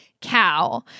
cow